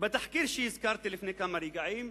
אני אתמקד בתחקיר שהזכרתי לפני כמה רגעים,